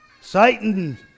Satan